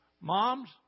Moms